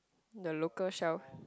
the locker shelf